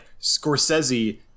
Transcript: Scorsese